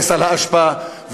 לסל האשפה,